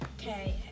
Okay